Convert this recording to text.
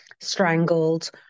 strangled